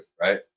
right